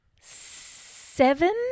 seven